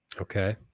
Okay